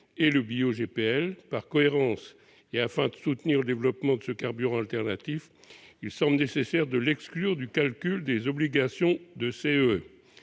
et le bioGPL. Par cohérence et afin de soutenir le développement de ce carburant alternatif, il semble nécessaire de l'exclure du calcul des obligations liées